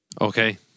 Okay